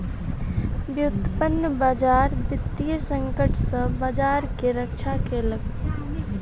व्युत्पन्न बजार वित्तीय संकट सॅ बजार के रक्षा केलक